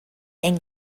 ein